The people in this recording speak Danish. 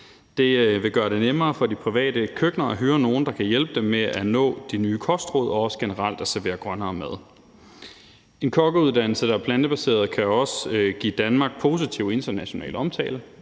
Det vil gøre det nemmere for de private køkkener at hyre nogen, der kan hjælpe dem med at leve op til de nye kostråd og også generelt at servere grønnere mad. En kokkeuddannelse, der er plantebaseret, kan også give Danmark positiv international omtale